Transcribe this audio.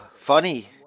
funny